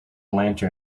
lantern